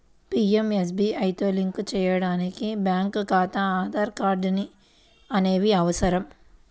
పీయంఎస్బీఐతో లింక్ చేయడానికి బ్యేంకు ఖాతా, ఆధార్ కార్డ్ అనేవి అవసరం